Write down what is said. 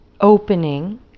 opening